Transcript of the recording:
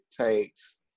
takes